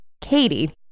Katie